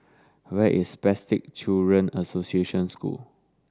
where is Spastic Children Association School